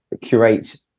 curate